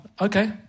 Okay